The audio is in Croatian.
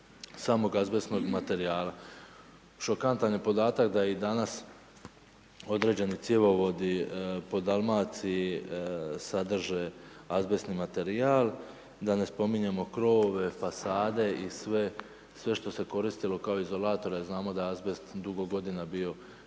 samog azbestnog materijala. Šokantan je podatak da i danas određeni cjevovodi po Dalmaciji sadrže azbestni materijal. Da ne spominjemo krovove, fasade i sve što se koristilo kao izolatori, a znamo da je azbest dugo godina bio